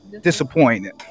disappointed